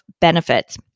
benefits